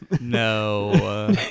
No